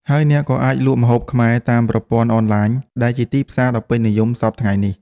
ហើយអ្នកក៏អាចលក់ម្ហូបខ្មែរតាមប្រព័ន្ធអនឡាញ ដែលជាទីផ្សារដ៏ពេញនិយមសព្វថ្ងៃនេះ។